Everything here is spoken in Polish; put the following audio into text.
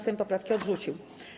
Sejm poprawki odrzucił.